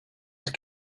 inte